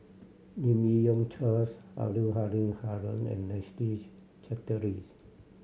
Lim Yi Yong Charles Abdul Hadu Haron and Leslie's Charteris